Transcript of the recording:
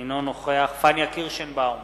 אינו נוכח פניה קירשנבאום,